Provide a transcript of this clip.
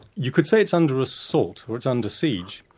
you could say it's under assault, or it's under siege.